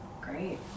great